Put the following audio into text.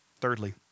Thirdly